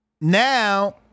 now